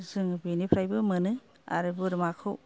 जोङो बेनिफ्रायबो मोनो आरो बोरमाखौ